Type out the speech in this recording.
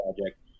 project